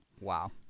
Wow